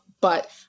But-